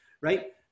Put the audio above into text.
Right